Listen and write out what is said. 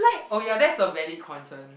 oh ya that's a valid concern